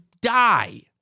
die